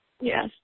Yes